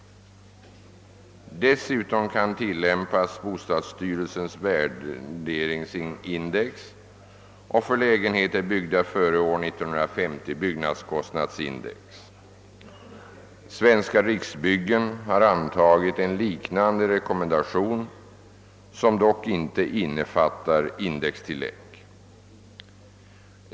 Dessutom kan tillämpas bostadsstyrelsens värderingsindex och för lägenheter byggda före år 1950 byggnadskostnadsindex. Svenska Riksbyggen har antagit en liknande rekommendation, som dock inte innefattar indextillägg.